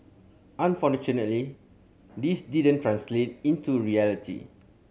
unfortunately this didn't translate into reality